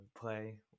play